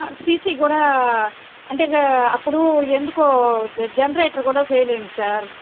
CC కూడా అంటే అప్పుడు ఎందుకో జన్రేటర్ కూడా ఫెయిల్ అయ్యింది సార్